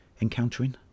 encountering